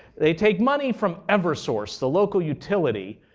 they take money from eversource, the local utility,